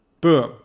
Boom